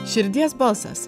širdies balsas